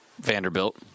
Vanderbilt